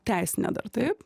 teisinę dar taip